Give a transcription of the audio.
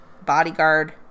bodyguard